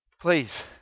please